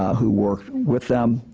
who worked with them.